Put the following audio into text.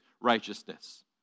righteousness